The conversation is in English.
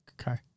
Okay